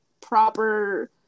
proper